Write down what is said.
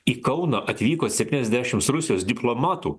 į kauną atvyko septyniasdešimt rusijos diplomatų